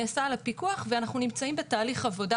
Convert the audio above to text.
נעשה עליה פיקוח ואנחנו נמצאים בתהליך עבודה